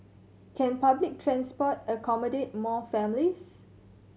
can public transport accommodate more families